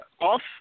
off –